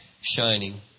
shining